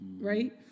Right